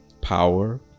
power